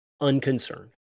unconcerned